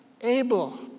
Abel